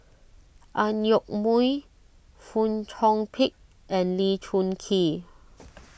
Ang Yoke Mooi Fong Chong Pik and Lee Choon Kee